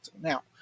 Now